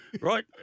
right